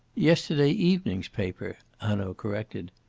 yesterday evening's paper, hanaud corrected.